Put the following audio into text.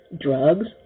drugs